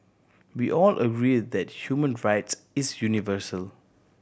we all agree that human rights is universal